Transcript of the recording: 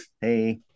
Hey